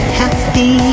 happy